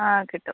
ആ കിട്ടും